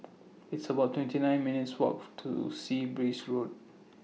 It's about twenty nine minutes' Walk to Sea Breeze Road